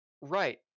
Right